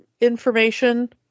information